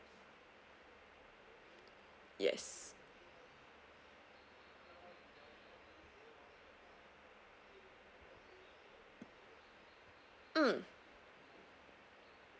yes mm